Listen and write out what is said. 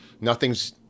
Nothing's